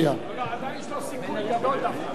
יש לו סיכוי גדול,